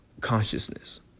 consciousness